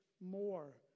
more